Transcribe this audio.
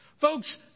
Folks